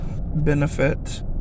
benefit